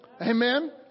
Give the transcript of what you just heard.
Amen